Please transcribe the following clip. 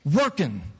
working